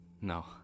No